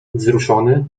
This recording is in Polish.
wzruszony